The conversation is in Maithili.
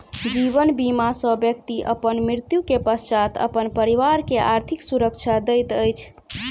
जीवन बीमा सॅ व्यक्ति अपन मृत्यु के पश्चात अपन परिवार के आर्थिक सुरक्षा दैत अछि